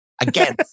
again